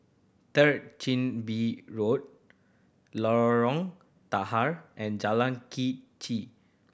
Third Chin Bee Road Lorong Tahar and Jalan Quee Che